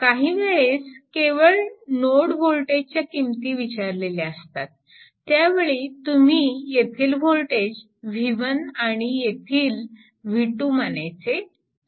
काही वेळेस केवळ नोड वोल्टेजच्या किमती विचारलेल्या असतील त्यावेळी तुम्ही येथील वोल्टेज V1 आणि येथील V2 मानायचे असते